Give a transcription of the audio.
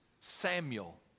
Samuel